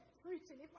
preaching